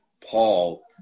Paul